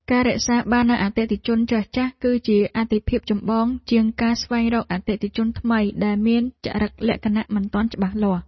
ការរក្សាបាននូវអតិថិជនចាស់ៗ គឺជាអាទិភាពចម្បងជាងការស្វែងរកអតិថិជនថ្មីដែលមានចរិតលក្ខណៈមិនទាន់ច្បាស់លាស់។